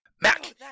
Mac